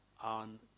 on